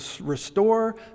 restore